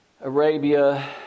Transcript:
Arabia